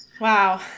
Wow